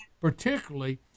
particularly